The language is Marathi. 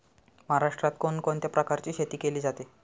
महाराष्ट्रात कोण कोणत्या प्रकारची शेती केली जाते?